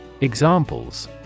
Examples